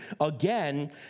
Again